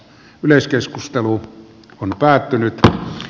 yleiskeskustelu on mietintö